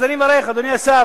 אז אני מברך, אדוני השר.